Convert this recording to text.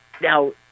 Now